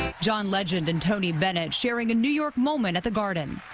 john legend and tony bennett sharing a new york moment at the garden.